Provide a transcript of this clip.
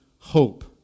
Hope